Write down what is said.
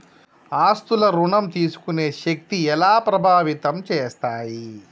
ఆస్తుల ఋణం తీసుకునే శక్తి ఎలా ప్రభావితం చేస్తాయి?